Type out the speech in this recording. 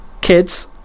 kids